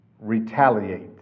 retaliate